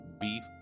beef